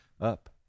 up